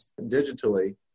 digitally